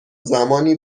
زمانی